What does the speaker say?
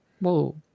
Whoa